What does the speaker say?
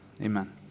Amen